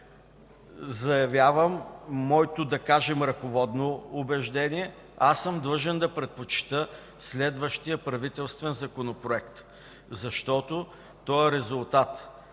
Заявявам моето, да кажем, ръководно убеждение – аз съм длъжен да предпочета следващия правителствен Законопроект, защото той е резултат